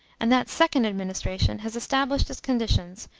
and that second administration has established its conditions,